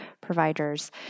providers